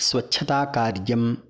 स्वच्छता कार्यम्